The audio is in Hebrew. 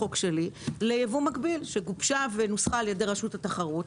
חוק שלי לייבוא מקביל שגובשה ונוסחה על ידי רשות התחרות,